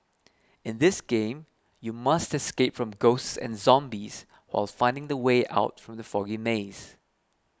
in this game you must escape from ghosts and zombies or finding the way out from the foggy maze